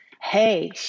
Hey